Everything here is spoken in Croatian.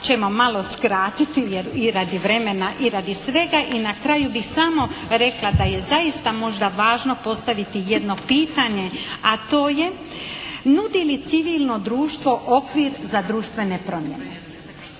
ćemo malo skratiti i radi vremena i radi svega. I na kraju bi samo rekla, da je zaista možda važno postaviti jedno pitanje, a to je nudi li civilno društvo okvir za društvene promjene?